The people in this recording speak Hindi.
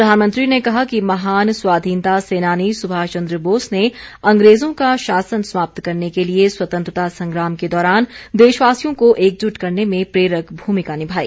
प्रधानमंत्री ने कहा कि महान स्वाधीनता सेनानी सुभाष चंद्र बोस ने अंग्रेजों का शासन समाप्त करने के लिए स्वतंत्रता संग्राम के दौरान देशवासियों को एकजुट करने में प्रेरक भूमिका निभाई